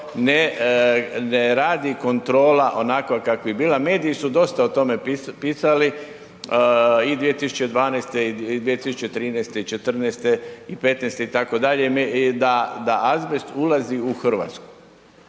ne radi kontrola onakva kakva je bila. Mediji su dosta o tome pisali i 2012. i 2013. i '14. i '15. itd. da azbest ulazi u RH